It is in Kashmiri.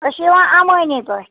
أسۍ چھِ یِوان اَمٲنۍ پٲٹھۍ